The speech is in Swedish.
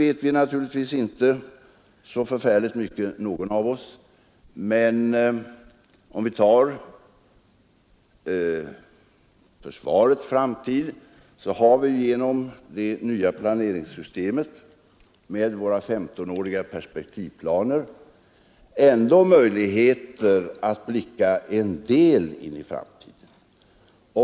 Om framtiden vet inte någon av oss så mycket, men om vi tar försvarets framtid, så har vi genom det nya planeringssystemet, med våra femtonåriga perspektivplaner, ändå möjligheter att blicka en del in i framtiden.